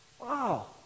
Wow